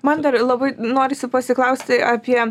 man dar labai norisi pasiklausti apie